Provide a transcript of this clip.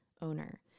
owner